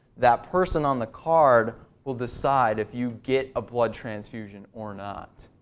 that person on the card will decide if you get a blood transfusion or not.